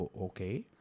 okay